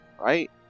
Right